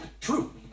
True